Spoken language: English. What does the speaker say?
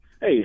hey